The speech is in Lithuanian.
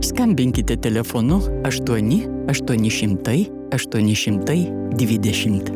skambinkite telefonu aštuoni aštuoni šimtai aštuoni šimtai dvidešimt